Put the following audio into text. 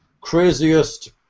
Craziest